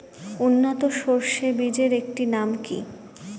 উন্নত সরষে বীজের একটি নাম কি?